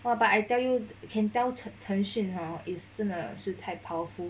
!wah! but I tell you can tell chen chen hor is 真的是太 powerful